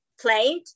played